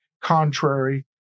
contrary